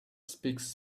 speaks